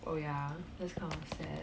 oh ya that's kind of sad